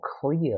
clear